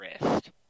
wrist